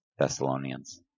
Thessalonians